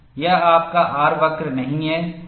यह आपका R वक्र नहीं है